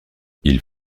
ils